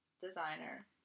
designer